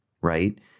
Right